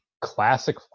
classic